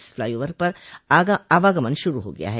इस फ्लाईओवर पर आवागमन शुरू हो गया है